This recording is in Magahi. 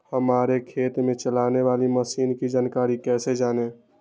हमारे खेत में चलाने वाली मशीन की जानकारी कैसे जाने?